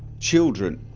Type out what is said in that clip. children